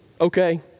okay